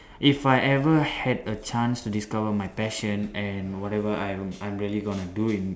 if I ever had a chance to discover my passion and whatever I am I am really going to do in